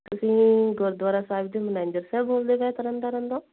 ਤੁਸੀਂ ਗੁਰਦੁਆਰਾ ਸਾਹਿਬ ਦੇ ਮੈਨੇਜਰ ਸਾਹਿਬ ਬੋਲਦੇ ਪਏ ਤਰਨ ਤਾਰਨ ਤੋਂ